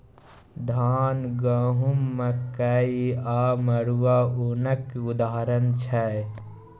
धान, गहुँम, मकइ आ मरुआ ओनक उदाहरण छै